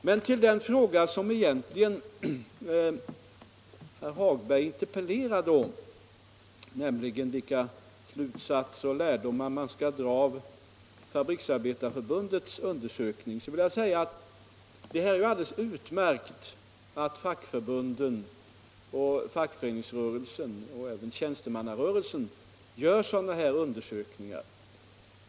Beträffande den fråga som herr Hagbergs interpellation egentligen avsåg, nämligen vilka slutsatser och lärdomar man skall dra av Fabriksarbetareförbundets undersökning, vill jag säga att det är alldeles utmärkt att fackförbunden och fackföreningsrörelsen och även tjänstemannarörelsen gör sådana här undersökningar.